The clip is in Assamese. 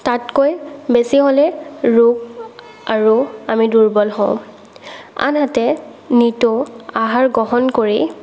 তাতকৈ বেছি হ'লে ৰোগ আৰু আমি দুৰ্বল হওঁ আনহাতে নিতৌ আহাৰ গ্ৰহণ কৰি